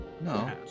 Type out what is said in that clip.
no